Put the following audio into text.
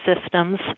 systems